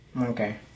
Okay